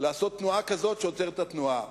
לעשות תנועה כזאת שעוצרת את התנועה.